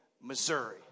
Missouri